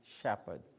shepherd